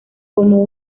como